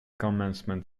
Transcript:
commencement